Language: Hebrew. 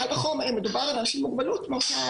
קל וחומר אם מדובר על אנשים עם מוגבלות ששייכים